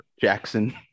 Jackson